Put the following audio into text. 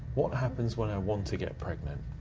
what happens when i want to get pregnant?